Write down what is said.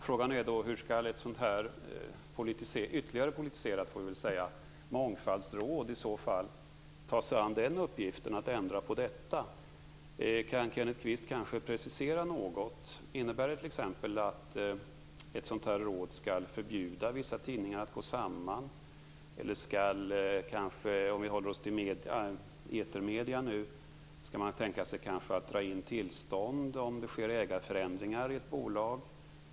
Frågan är då hur ett ytterligare politiserat mångfaldsråd i så fall skall ta sig an uppgiften att ändra på detta. Kan Kenneth Kvist kanske precisera något? Innebär det t.ex. att ett sådant råd skall förbjuda vissa tidningar att gå samman? Eller skall man kanske, om vi nu håller oss till etermedier, tänka sig att dra in tillstånd om det sker ägarförändringar i ett bolag?